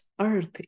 earth